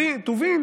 טובין